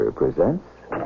presents